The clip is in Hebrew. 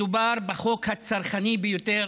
מדובר בחוק הצרכני ביותר